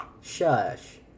Shush